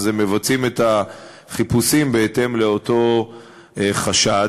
אז מבצעים את החיפוש בהתאם לאותו חשד.